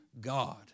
God